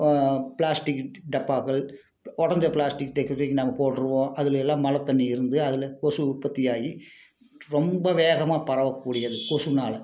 plastic டப்பாக்கள் உடஞ்ச plastic தூக்கி தூக்கி நாங்கள் போட்டிருவோம் அதில் எல்லாம் மழை தண்ணி இருந்து அதில் கொசு உற்பத்தி ஆகி ரொம்ப வேகமாக பரவக்கூடியது கொசுனால்